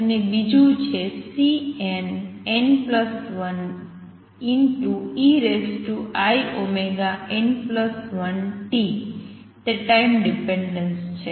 અને બીજું છે Cnn1einn1t તે ટાઈમ ડિપેનડન્સ છે